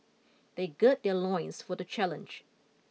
they gird their loins for the challenge